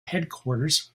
headquarters